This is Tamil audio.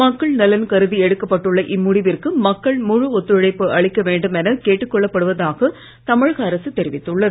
மக்கள் நலன் கருதி எடுக்கப்பட்டுள்ள இம்முடிவிற்கு மக்கள் முழு ஒத்துழைப்பு அளிக்க வேண்டும் என கேட்டுக் கொள்ளப்படுவதாக தமிழக அரசு தெரிவித்துள்ளது